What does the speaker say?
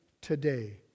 today